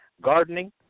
gardening